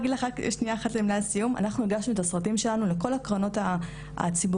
אנחנו הגשנו את הסרטים שלנו לכל הקרנות הציבוריות,